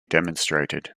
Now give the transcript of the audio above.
demonstrated